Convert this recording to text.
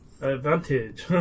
Advantage